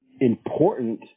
important